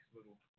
little